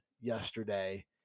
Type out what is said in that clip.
yesterday